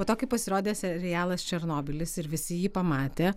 po to kai pasirodė serialas černobylis ir visi jį pamatė